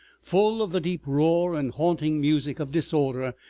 full of the deep roar and haunting music of disorder,